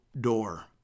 door